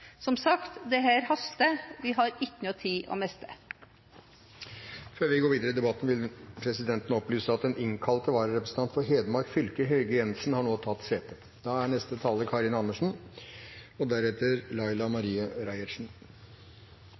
Som sagt: Dette haster – vi har ingen tid å miste! Før vi går videre i debatten vil presidenten opplyse at den innkalte vararepresentant for Hedmark fylke, Hege Jensen, nå har tatt sete. «Alle barn som er